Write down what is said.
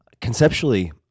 Conceptually